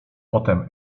potem